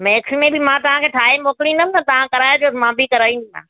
max में बि मां तव्हांखे ठाहे मोकिलींदमि त तव्हां कराएजोसि मां बि कराईंदीमांसि